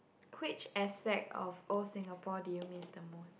which asset of all Singapore do you miss the most